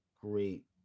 great